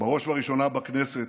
בראש וראשונה בכנסת,